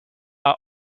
are